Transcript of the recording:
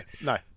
No